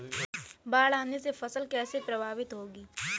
बाढ़ आने से फसल कैसे प्रभावित होगी?